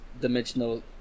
dimensional